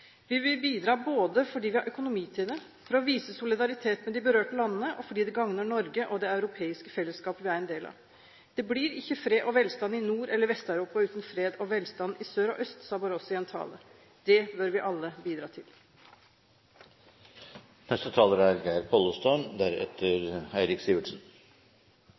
Vi vil bidra både fordi vi har økonomi til det, for å vise solidaritet med de berørte landene og fordi det gagner Norge og det europeiske fellesskapet vi er en del av. Det blir ikke fred og velstand i Nord- eller Vest-Europa uten fred og velstand i sør og øst, sa Barroso i en tale. Det bør vi alle bidra